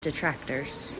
detractors